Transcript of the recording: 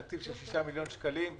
תקציב של 6 מיליון שקלים,